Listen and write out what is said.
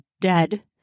dead